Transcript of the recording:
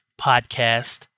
Podcast